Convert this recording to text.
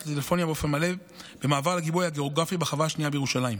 הטלפוניה באופן מלא במעבר לגיבוי הגיאוגרפי בחווה השנייה בירושלים.